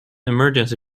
emergency